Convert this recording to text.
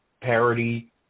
parity